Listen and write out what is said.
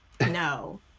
No